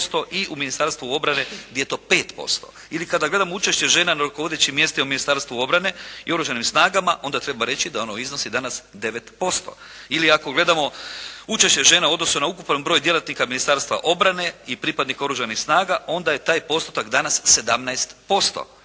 i u Ministarstvu obrane gdje je to 5%. Ili kada gledamo učešće žena na rukovodećim mjestima u Ministarstvu obrane i u Oružanim snagama onda treba reći da ono iznosi danas 9%. Ili ako gledamo učešće žena u odnosu na ukupan broj djelatnika Ministarstva obrane i pripadnika oružanih snaga onda je taj postotak danas 17%,